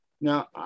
now